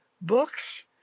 books